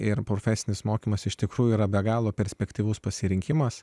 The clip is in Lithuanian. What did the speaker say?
ir profesinis mokymas iš tikrųjų yra be galo perspektyvus pasirinkimas